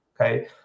okay